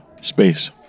space